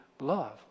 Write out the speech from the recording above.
love